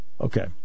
Okay